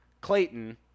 Clayton